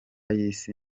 y’isi